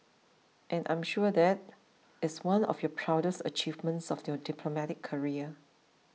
and I'm sure that is one of your proudest achievements of your diplomatic career